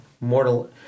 mortal